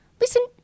listen